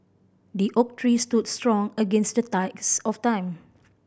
the oak tree stood strong against the test of time